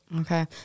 Okay